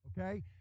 okay